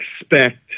expect